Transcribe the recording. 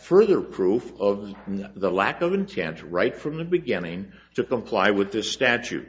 further proof of the lack of in chance right from the beginning to comply with this statute